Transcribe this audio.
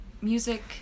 music